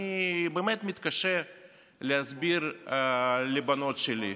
אני באמת מתקשה להסביר לבנות שלי,